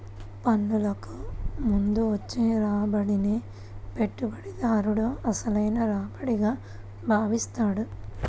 పన్నులకు ముందు వచ్చే రాబడినే పెట్టుబడిదారుడు అసలైన రాబడిగా భావిస్తాడు